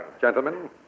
Gentlemen